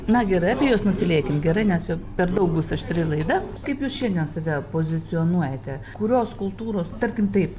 na gerai apie juos nutylėkim gerai nes jau per daug bus aštri laida kaip jūs šiandien save pozicionuojate kurios kultūros tarkim taip